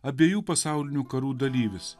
abiejų pasaulinių karų dalyvis